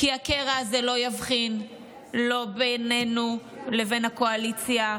כי הקרע הזה לא יבחין לא בינינו לבין הקואליציה,